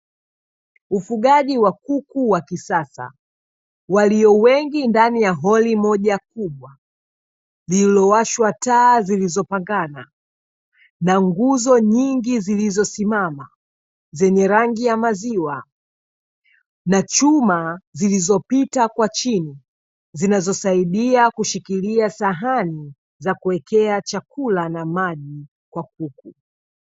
Ufugaji wa kuku wa kisasa walio wengi ndani ya holi moja kubwa lililowashwa taa zilizo pangana na nguzo nyingi zilizosimama zenye rangi ya maziwa na chuma zilizopita kwa chini zinazosaidia kushikilia sahani za kuwekea chakula na maji kwa kuku.